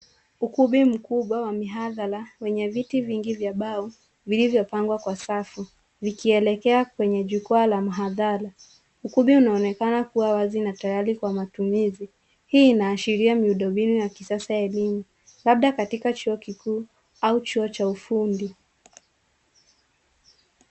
Ukumbi mkubwa wa mihadhara wenye viti vingi vya mbao vilivyopangwa kwa safu vikielekea kwenye jukwaa la mahadhara. Ukumbi unaonekana kuwa safi na tayari kwa matumizi. Hii inaashiria miundo mbinu ya kisasa ya elimu, labda chuo kikuu au chuo cha ufundi.